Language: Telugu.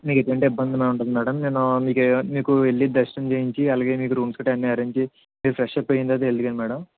మీకు ఎటువంటి ఇబ్బంది అనేది ఉండదు మ్యాడమ్ నేను మీకు మీకు వెళ్లి దర్శనం చేపించి అలాగే మీకు రూమ్స్ గట్రా అరేంజ్ చేపించి ఫ్రెష్ అప్ అయిన తర్వాత వెళుదురుగానీ మ్యాడమ్